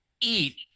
eat